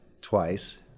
twice